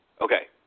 Okay